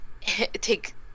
take